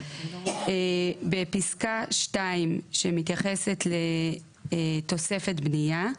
בפסקה 2 שמתייחסת לתוספת בניה,